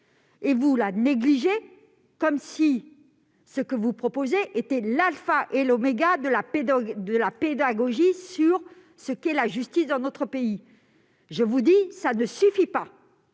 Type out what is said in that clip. et vous la négligez, comme si ce que vous proposiez était l'alpha et l'oméga de la pédagogie sur ce qu'est la justice dans notre pays. Cela ne suffit pas